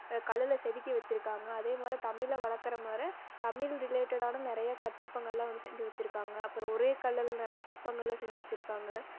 கல்லில் செதுக்கி வச்சுருக்காங்க அதே மாதிரி தமிழை வளர்க்குற முற தமிழ் ரிலேட்டடான நிறைய கற்சிப்பங்கள்லாம் வந்து செஞ்சு வச்சுருக்காங்க அப்புறோம் ஒரே கல்லில் நிறைய சிற்பங்களை செஞ்சு வச்சுருக்காங்க